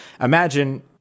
imagine